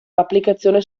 l’applicazione